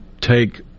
take